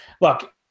look